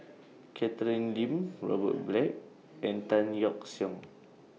Catherine Lim Robert Black and Tan Yeok Seong